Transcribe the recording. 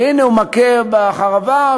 והנה הוא מכה בחרבה,